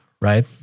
right